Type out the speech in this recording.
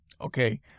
okay